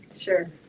Sure